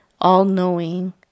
all-knowing